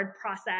process